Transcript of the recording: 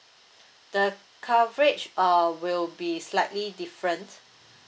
the coverage uh will be slightly different